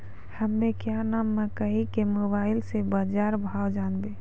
हमें क्या नाम मकई के मोबाइल से बाजार भाव जनवे?